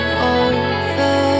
over